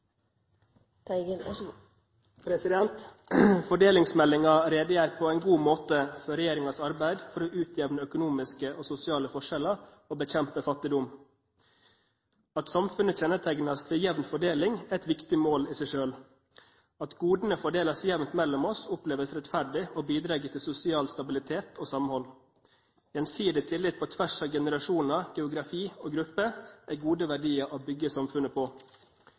sosiale forskjeller og bekjempe fattigdom. At samfunnet kjennetegnes ved jevn fordeling, er et viktig mål i seg selv. At godene fordeles jevnt mellom oss, oppleves rettferdig og bidrar til sosial stabilitet og samhold. Gjensidig tillit på tvers av generasjoner, geografi og grupper er gode verdier å bygge samfunnet på.